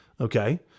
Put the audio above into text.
Okay